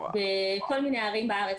בכל מיני ערים בארץ.